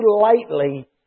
lightly